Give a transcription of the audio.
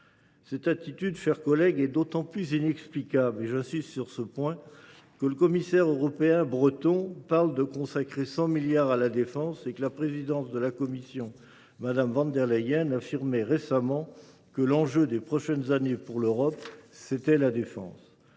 Cette attitude, mes chers collègues, est d’autant plus inexplicable – j’insiste sur ce point – que le commissaire européen Thierry Breton parle de consacrer 100 milliards d’euros à la défense et que la présidente de la commission, Mme von der Leyen, affirmait récemment que l’enjeu des prochaines années pour l’Europe était la défense.